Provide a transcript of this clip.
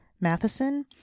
Matheson